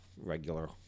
regular